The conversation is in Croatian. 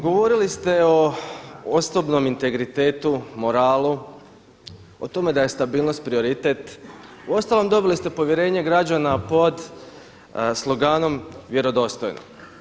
Govorili ste o osobnom integritetu, moralu, o tome da je stabilnost prioritet, uostalom dobili ste povjerenje građana pod sloganom „Vjerodostojno“